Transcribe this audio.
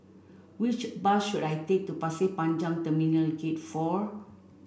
which bus should I take to Pasir Panjang Terminal Gate Four